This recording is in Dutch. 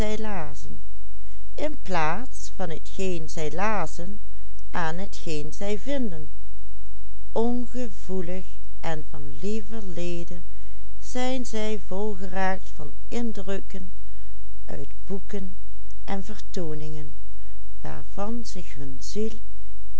zij vinden ongevoelig en van lieverlede zijn zij volgeraakt van indrukken uit boeken en vertooningen waarvan zich hun ziel